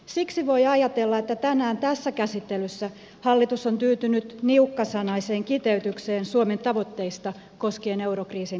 siksi voi ajatella että tänään tässä käsittelyssä hallitus on tyytynyt niukkasanaiseen kiteytykseen suomen tavoitteista koskien eurokriisin hallintaa